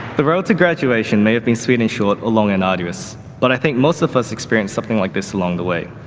the road to graduation may have been sweet and short along and arduous but i think most of us experienced something like this along the way.